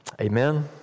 Amen